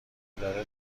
داره